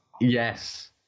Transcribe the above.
Yes